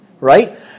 right